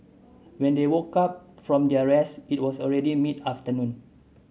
when they woke up from their rest it was already mid afternoon